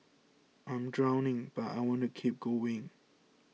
I am drowning but I want to keep going